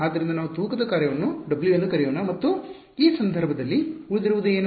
ಆದ್ದರಿಂದ ನಾವು ತೂಕದ ಕಾರ್ಯವನ್ನು w ಎಂದು ಕರೆಯೋಣ ಮತ್ತು ಈ ಸಂದರ್ಭದಲ್ಲಿ ಉಳಿದಿರುವುದು ಏನು